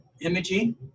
imaging